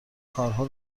کارها